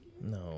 No